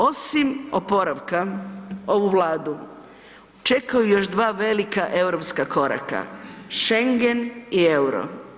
Osim oporavka ovu Vladu čekaju još dva velika europska koraka, Schengen i euro.